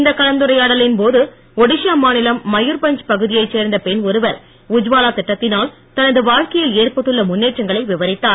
இந்த கலந்துரையாடலின் போது ஒடிஷா மாநிலம் மயூர்பஞ்ச் பகுதியைச் சேர்ந்த பெண் ஒருவர் உத்வாலா திட்டத்திலுல் தனது வாழ்க்கையில் ஏற்பட்டுள்ள முன்னேற்றங்களை விவரித்தார்